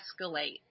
escalate